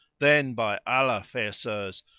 then, by allah, fair sirs,